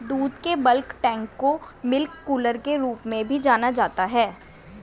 दूध के bulk tank को मिल्क कूलर के रूप में भी जाना जाता है